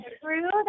true